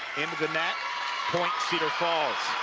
into the net point cedar falls.